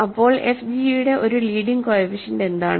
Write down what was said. അപ്പോൾ fg യുടെ ഒരു ലീഡിങ് കോഎഫിഷ്യന്റ് എന്താണ്